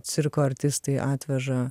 cirko artistai atveža